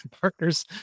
partners